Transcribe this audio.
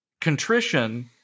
contrition